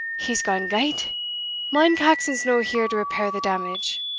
he's gaun gyte mind caxon's no here to repair the damage.